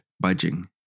budging